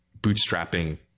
bootstrapping